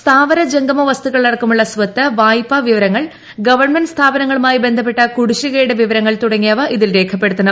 സ്ഥാവര ജംഗമവസ്തുക്കൾ അടക്കമുള്ള സ്ഥത്ത് വായ്പാ വിവരങ്ങൾ ഗവൺമെന്റ് സ്ഥാപനങ്ങളുമായി ബന്ധപ്പെട്ട കുടിശ്ശികയുടെ വിവരങ്ങൾ തുടങ്ങിയവ ഇതിൽ രേഖപ്പെടുത്തണം